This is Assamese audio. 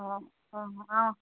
অঁ অঁ অঁ